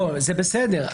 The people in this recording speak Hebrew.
זה בסדר.